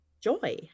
joy